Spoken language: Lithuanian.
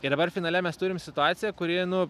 ir dabar finale mes turim situaciją kuri nu